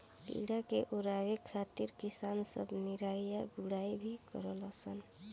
कीड़ा के ओरवावे खातिर किसान सब निराई आ गुड़ाई भी करलन सन